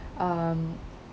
um